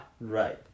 Right